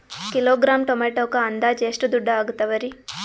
Kilogram ಟೊಮೆಟೊಕ್ಕ ಅಂದಾಜ್ ಎಷ್ಟ ದುಡ್ಡ ಅಗತವರಿ?